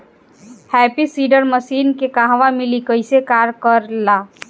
Happy seeder machine के कहवा मिली कैसे कार कर ला?